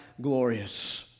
glorious